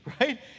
right